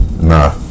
Nah